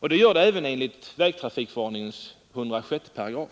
och det gör det även enligt vägtrafikförordningens 106 §.